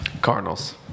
Cardinals